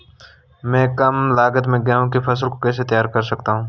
मैं कम लागत में गेहूँ की फसल को कैसे तैयार कर सकता हूँ?